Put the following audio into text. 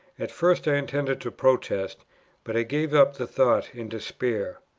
at first i intended to protest but i gave up the thought in despair.